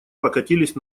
покатились